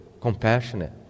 compassionate